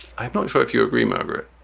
i'm not sure if you agree, margaret.